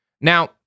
Now